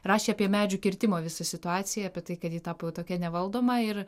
rašė apie medžių kirtimo visą situaciją apie tai kad ji tapo tokia nevaldoma ir